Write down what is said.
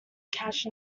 cache